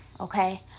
Okay